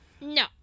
No